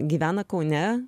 gyvena kaune